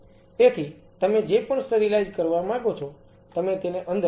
તેથી તમે જે પણ સ્ટરીલાઈઝ કરવા માંગો છો તમે તેને અંદર રાખો